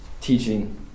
teaching